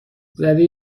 زده